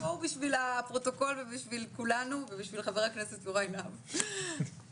בשביל הפרוטוקול ובשביל כולנו ובשביל חבר הכנסת יוראי להב,